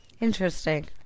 Interesting